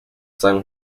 san